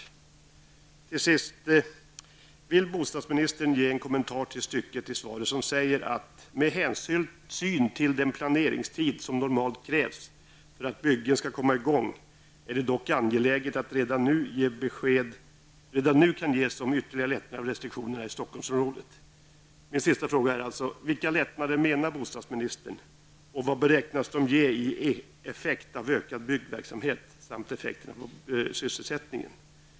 Jag vore tacksam om bostadsministern ville ge en kommentar till följande stycke i det skrivna svaret: ''Med hänsyn till den planeringstid som normalt krävs för att byggen skall komma i gång är det dock angeläget att besked redan nu kan ges om ytterligare lättnader av restriktionerna i Min fråga är alltså: Vilka lättnader avser bostadsministern, och vilka effekter beräknas dessa ge när det gäller ökad byggverksamhet samt sysselsättningen?